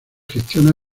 gestiona